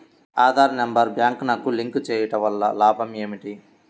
Aadhaar number బ్యాంక్నకు link చేయుటవల్ల లాభం ఏమిటి?